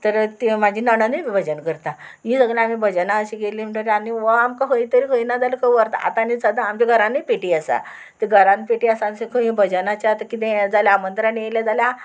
तर ती म्हाजी नाणनूय बी भजन करता हीं सगळीं आमी भजनां अशीं गेलीं म्हणटगीर आनी हो आमकां खंय तरी खंय ना जाल्यार खंय व्हरता आतां आनी सद्दां आमच्या घरांनी पेटी आसा तें घरान पेटी आसा आनी खंय भजनाचें आतां कितें जाल्या आमंत्रानी येयलें जाल्यार